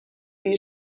این